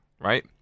right